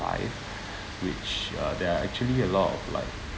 life which are there are actually a lot of like